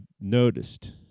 noticed